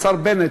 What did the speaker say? השר בנט,